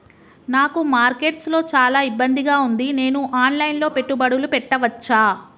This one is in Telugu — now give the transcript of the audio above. నాకు మార్కెట్స్ లో చాలా ఇబ్బందిగా ఉంది, నేను ఆన్ లైన్ లో పెట్టుబడులు పెట్టవచ్చా?